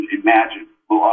imagine